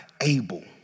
able